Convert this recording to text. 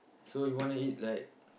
so you wanna eat like